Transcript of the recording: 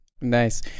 Nice